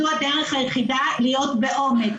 זו הדרך היחידה להיות באומץ.